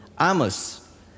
Amos